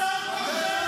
אתה מחבל --- השר בן גביר,